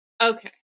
Okay